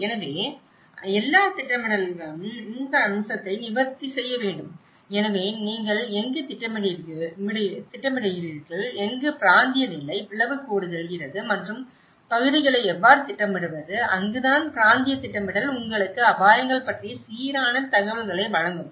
எனவே எல்லா திட்டமிடல்களும் அந்த அம்சத்தை நிவர்த்தி செய்ய வேண்டும் எனவே நீங்கள் எங்கு திட்டமிடுகிறீர்கள் எங்கு பிராந்திய நிலை பிளவுக்கோடு செல்கிறது மற்றும் பகுதிகளை எவ்வாறு திட்டமிடுவது அங்குதான் பிராந்திய திட்டமிடல் உங்களுக்கு அபாயங்கள் பற்றிய சீரான தகவல்களை வழங்கும்